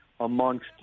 amongst